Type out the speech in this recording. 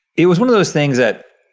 it was one of those things that.